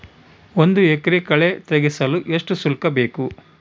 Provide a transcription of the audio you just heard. ಒಂದು ಎಕರೆ ಕಳೆ ತೆಗೆಸಲು ಎಷ್ಟು ಶುಲ್ಕ ಬೇಕು?